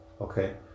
okay